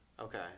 Okay